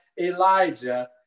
Elijah